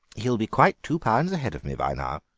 he'll be quite two pounds ahead of me by now.